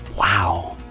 Wow